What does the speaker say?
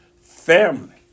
family